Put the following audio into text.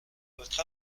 votre